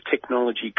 technology